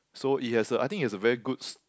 so it has a I think it has a very good